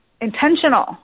intentional